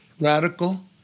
radical